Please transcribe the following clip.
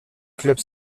clubs